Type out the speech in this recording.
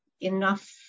enough